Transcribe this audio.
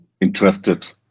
interested